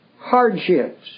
hardships